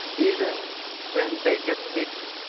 even when they get sick